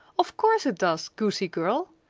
of course it does, goosie girl!